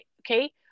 okay